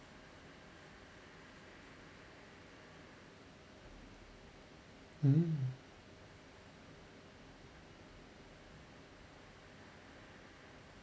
hmm